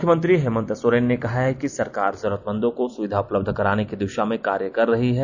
मुख्यमंत्री हेमंत सोरेन ने कहा है कि सरकार जरूरतमंदों को सुविधा उपलब्ध कराने की दिशा में कार्य कर रही है